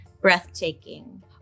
breathtaking